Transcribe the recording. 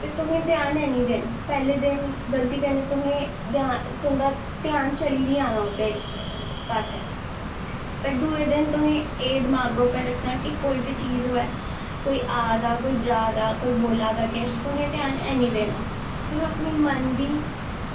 ते तुसें ध्यान ऐ निं देना पैह्लें ते गलती कन्नै तुसें तुं'दा ध्यान चली बी जाना ओह्दे पासै पर दूऐ दिन तुसें एह् दमाग पर रखना कि कोई बी चीज़ होऐ कोई आ दा कोई जा दा कोई बोला दा किश तुसें ध्यान ऐनी देना तुसें अपने मन दी